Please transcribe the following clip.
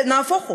נהפוך הוא,